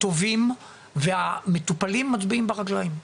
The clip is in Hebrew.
טובים והמטופלים מצביעים ברגליים.